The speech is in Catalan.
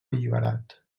alliberat